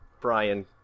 Brian